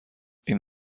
این